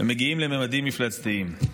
ומגיעים לממדים מפלצתיים.